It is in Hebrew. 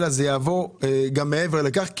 אלא זה יימשך גם מעבר לכך,